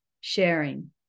sharing